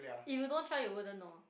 if you don't try you wouldn't know